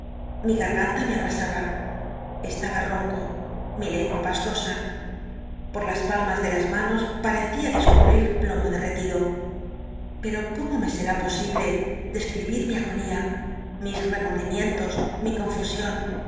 mi garganta me abrasaba estaba ronco mi lengua pastosa por las palmas de hts manos arecia discul'l'ir plomo derrctido pero me sen posible describir mi agonía mis remordimientos mi confusion